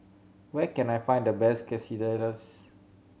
where can I find the best Quesadillas